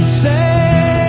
say